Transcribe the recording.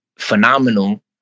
phenomenal